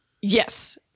Yes